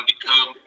become